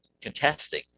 contesting